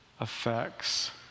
effects